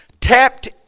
tapped